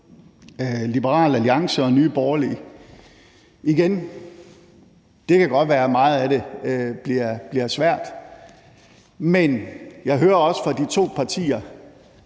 Liberal Alliance og Nye Borgerlige. Igen: Det kan godt være, at meget af det bliver svært, men jeg hører også fra de to partier